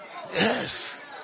Yes